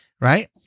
right